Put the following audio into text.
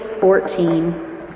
fourteen